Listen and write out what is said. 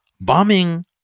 bombing